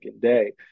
day